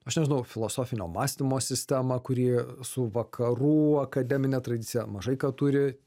aš nežinau filosofinio mąstymo sistemą kuri su vakarų akademine tradicija mažai ką turi